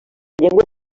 llengua